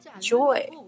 joy